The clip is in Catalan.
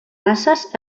races